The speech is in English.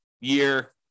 year